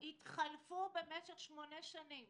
התחלפו משך שמונה שנים